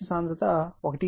4 weber metre 2 ఇవ్వబడుతుంది